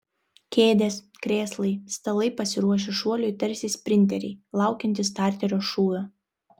kėdės krėslai stalai pasiruošę šuoliui tarsi sprinteriai laukiantys starterio šūvio